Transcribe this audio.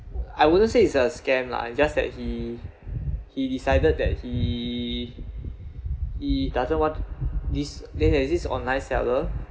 I wouldn't say it's a scam lah it's just that he he decided that he he he doesn't want this they have this online seller